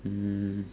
um